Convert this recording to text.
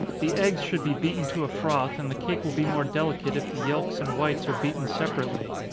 the eggs should be beaten to a froth and the cake will be more delicate if the yelks and whites are beaten separately.